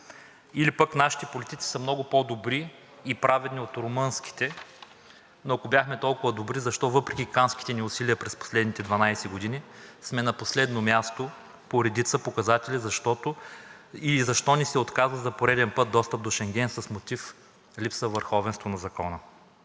Или пък нашите политици са много по-добри и праведни от румънските, но ако бяхме толкова добри, защо въпреки канските ни усилия през последните 12 години сме на последно място по редица показатели и защо ни се отказва за пореден път достъп до Шенген с мотив – липсва върховенство на закона?